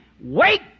Wake